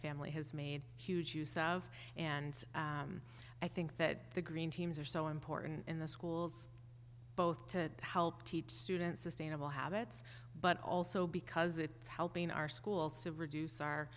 family has made huge use of and i think that the green teams are so important in the schools both to help teach students sustainable habits but also because it's helping our schools to reduce our